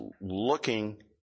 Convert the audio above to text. looking